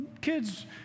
kids